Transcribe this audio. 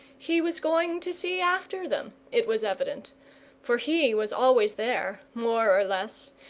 he was going to see after them, it was evident for he was always there, more or less,